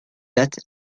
date